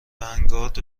ونگارد